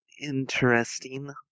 interesting